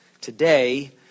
today